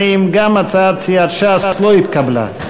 הצעת סיעת ש"ס להביע אי-אמון בממשלה לא נתקבלה.